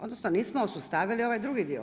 Odnosno nismo usustavili ovaj drugi dio.